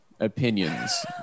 opinions